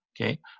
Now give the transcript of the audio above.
okay